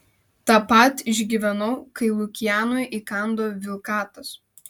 tą pat išgyvenau kai lukianui įkando vilkatas